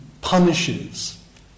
punishes